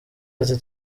ati